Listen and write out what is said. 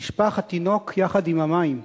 נשפך התינוק יחד עם המים.